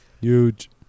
Huge